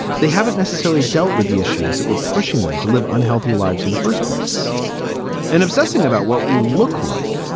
they haven't necessarily dealt with the issues that were pushing them to live unhealthy lives in the first place and obsessing about what we look like.